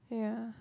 yeah